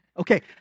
Okay